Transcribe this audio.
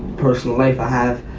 personal life i have.